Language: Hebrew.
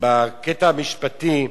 בקטע המשפטי,